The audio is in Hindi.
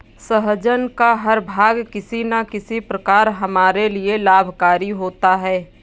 सहजन का हर भाग किसी न किसी प्रकार हमारे लिए लाभकारी होता है